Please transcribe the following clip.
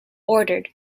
ordered